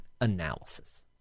analysis